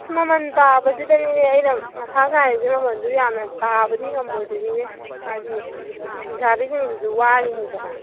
ꯃꯃꯜ ꯇꯥꯕꯁꯤꯗꯅꯤꯅꯦ ꯑꯩꯅ ꯃꯊꯥ ꯁꯥꯔꯤꯁꯦ ꯃꯃꯜꯗꯣ ꯌꯥꯝꯅ ꯇꯥꯕꯗꯤ ꯉꯝꯃꯣꯏ ꯗꯣꯏꯅꯤꯅꯦ ꯍꯥꯏꯗꯤ ꯐꯤꯁꯥꯕꯤꯁꯤꯡꯗꯨꯁꯨ ꯋꯥꯔꯤꯅꯤꯗꯅ